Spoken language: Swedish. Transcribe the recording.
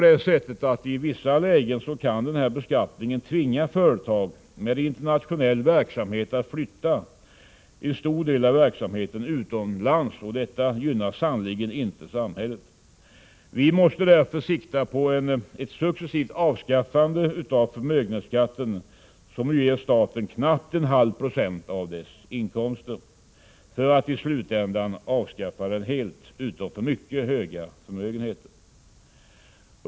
I vissa lägen kan denna beskattning t.o.m. tvinga företag som arbetar internationellt att flytta en stor del av sin verksamhet utomlands, och detta gynnar sannerligen inte vårt samhälle. Vi måste sikta på ett successivt avskaffande av förmögenhetsskatten, som ju ger staten knappt 0,5 96 av dess inkomster, för att i slutändan avskaffa den helt utom för mycket höga förmögenheter.